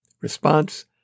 Response